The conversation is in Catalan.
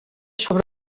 sobre